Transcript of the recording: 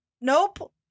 Nope